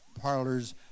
parlors